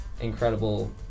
incredible